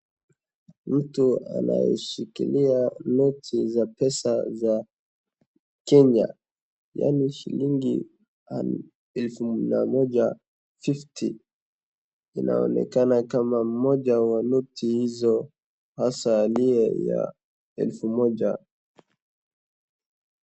Mtu anashikilia noti za pesa za Kenya yaani shilingi elfu na moja fifty inaonekena kama moja ya noti hizo hasa aliye ya elfu moja